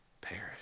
perish